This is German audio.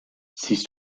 siehst